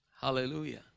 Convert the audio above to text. Hallelujah